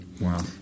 Wow